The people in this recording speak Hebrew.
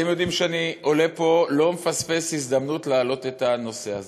אתם יודעים שכשאני עולה פה אני לא מפספס הזדמנות להעלות את הנושא הזה.